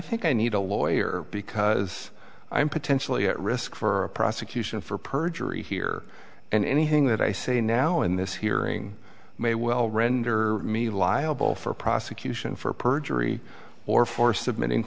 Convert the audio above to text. think i need a lawyer because i'm potentially at risk for a prosecution for perjury here and anything that i say now in this hearing may well render me liable for prosecution for perjury or for submitting